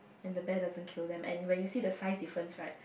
and the bear doesn't kill them and when you see the size difference right